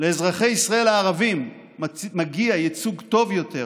לאזרחי ישראל הערבים מגיע ייצוג טוב יותר,